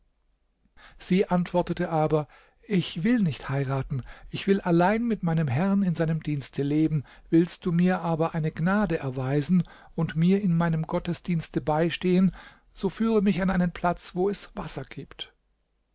sie antwortete aber ich will nicht heiraten ich will allein mit meinem herrn in seinem dienste leben willst du mir aber eine gnade erweisen und mir in meinem gottesdienste beistehen so führe mich an einen platz wo es wasser gibt